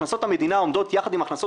הכנסות המדינה עומדות יחד עם הכנסות